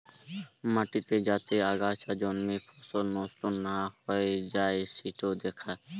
মাটিতে যাতে আগাছা জন্মে ফসল নষ্ট না হৈ যাই সিটো দ্যাখা